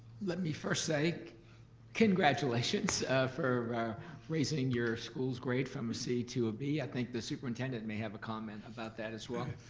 let me first say congratulations for raising your school's grade from a c to a b. i think the superintendent may have a comment about that as well.